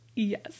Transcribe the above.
Yes